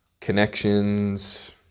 connections